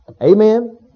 Amen